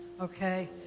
Okay